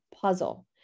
puzzle